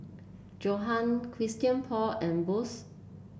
Johan Christian Paul and Bose